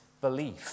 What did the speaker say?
belief